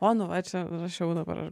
o nu va čia rašiau dabar